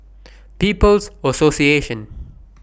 People's Association